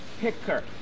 Picker